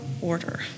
order